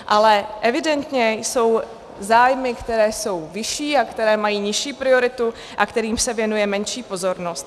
Ale evidentně jsou zájmy, které jsou vyšší, a ty, které mají nižší prioritu a kterým se věnuje menší pozornost.